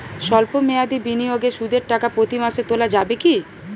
সল্প মেয়াদি বিনিয়োগে সুদের টাকা প্রতি মাসে তোলা যাবে কি?